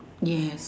yes